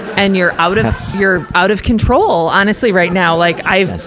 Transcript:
and you're out of your, out of control, honestly, right now. like i've,